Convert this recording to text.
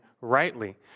rightly